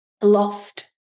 lost